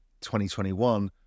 2021